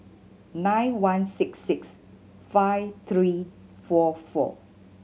nine one six six five three four four